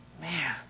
Man